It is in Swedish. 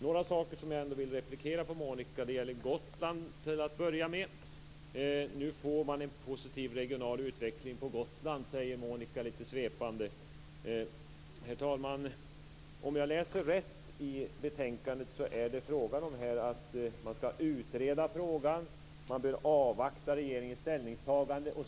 Till att börja med vill jag ta upp frågan om Gotland. Nu får man en positiv regional utveckling på Gotland, säger Monica Öhman lite svepande. Herr talman! Om jag läser rätt i betänkandet ska man utreda frågan, och man bör avvakta regeringens ställningstagande.